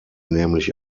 nämlich